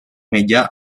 meja